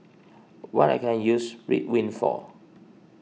what can I use Ridwind for